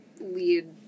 lead